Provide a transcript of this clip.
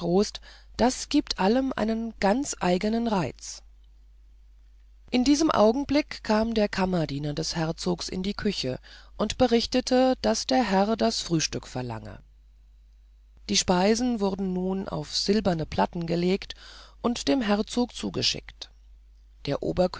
das gibt allem einen ganz eigenen reiz in diesem augenblick kam der kammerdiener des herzogs in die küche und berichtete daß der herr das frühstück verlange die speisen wurden nun auf silberne platten gelegt und dem herzog zugeschickt der